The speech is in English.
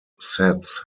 sets